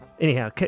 Anyhow